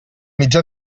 mitjà